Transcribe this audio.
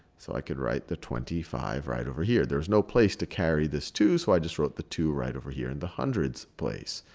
so i could write the twenty five right over here. there's no place to carry this two, so i just wrote the two right over here in the hundreds place.